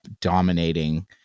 dominating